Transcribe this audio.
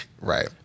Right